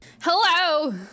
Hello